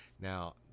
Now